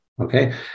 Okay